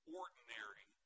ordinary